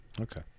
Okay